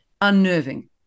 unnerving